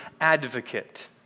advocate